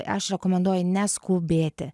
aš rekomenduoju neskubėti